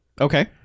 Okay